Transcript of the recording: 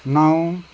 नौ